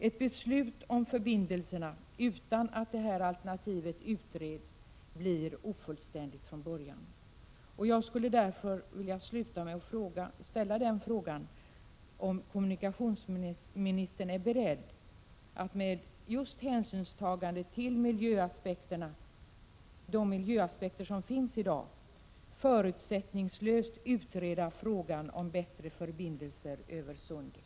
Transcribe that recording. Ett beslut om förbindelserna som fattas utan att detta alternativ utreds blir ofullständigt från början. Jag skulle därför vilja sluta mitt anförande med att fråga kommunikationsministern om han är beredd att med hänsynstagande till miljöaspekterna förutsättningslöst utreda frågan om bättre förbindelser över sundet.